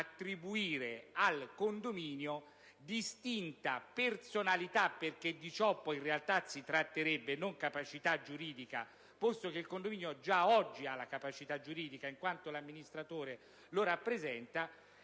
attribuire al condominio distinta personalità (perché di ciò poi in realtà si tratterebbe: non della capacità giuridica, posto che il condominio già oggi ha la capacità giuridica, in quanto l'amministratore lo rappresenta),